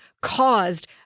caused